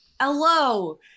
Hello